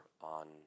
on